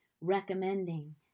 recommending